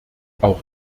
auch